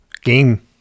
game